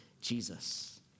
Jesus